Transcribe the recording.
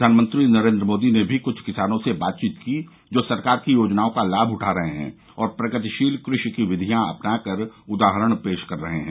प्रधानमंत्री नरेन्द्र मोदी ने भी कुछ किसानों से बातचीत की जो सरकार की योजनाओं का लाम उठा रहे हैं और प्रगतिशील कृषि की विधियां अपना कर उदाहरण पेश कर रहे हैं